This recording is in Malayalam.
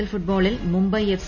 എൽ ഫുട്ബോളിൽ മുംബൈ എഫ്